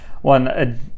one